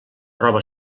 roba